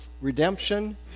redemption